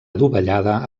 adovellada